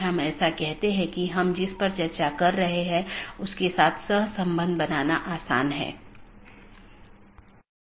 हमारे पास EBGP बाहरी BGP है जो कि ASes के बीच संचार करने के लिए इस्तेमाल करते हैं औरबी दूसरा IBGP जो कि AS के अन्दर संवाद करने के लिए है